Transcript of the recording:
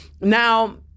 Now